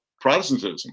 Protestantism